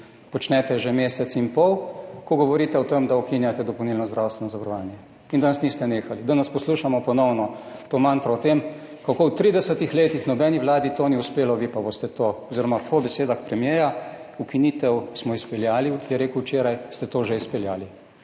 počnete že mesec in pol, ko govorite o tem, da ukinjate dopolnilno zdravstveno zavarovanje, in danes niste nehali. Danes poslušamo ponovno to mantro o tem, kako v 30 letih nobeni vladi to ni uspelo, vi pa to boste. Oziroma po besedah premierja, ukinitev smo izpeljali, je rekel včeraj, ste to že izpeljali.